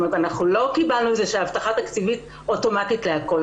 לא קבלנו את זה שיש הבטחה תקציבית אוטומטית לכל.